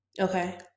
Okay